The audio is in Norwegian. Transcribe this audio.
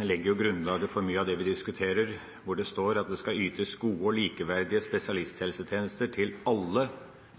legger jo grunnlaget for mye av det vi diskuterer. Der står det at det skal ytes gode og likeverdige spesialisthelsetjenester til alle